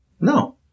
no